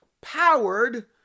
Powered